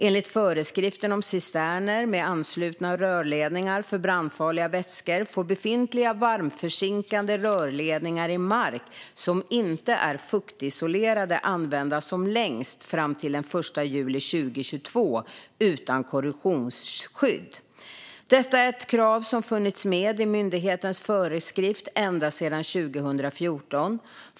Enligt föreskriften om cisterner med anslutna rörledningar för brandfarliga vätskor får befintliga varmförzinkade rörledningar i mark som inte är fuktisolerade användas som längst fram till den 1 juli 2022 utan korrossionsskydd. Detta är ett krav som funnits med i myndighetens föreskrift ända sedan 2014.